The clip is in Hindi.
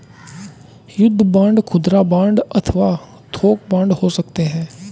युद्ध बांड खुदरा बांड अथवा थोक बांड हो सकते हैं